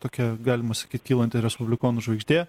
tokia galima sakyt kylanti respublikonų žvaigždė